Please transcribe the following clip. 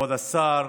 כבוד השר,